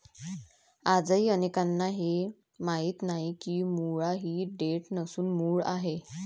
आजही अनेकांना हे माहीत नाही की मुळा ही देठ नसून मूळ आहे